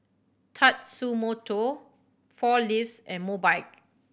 Tatsumoto Four Leaves and Mobike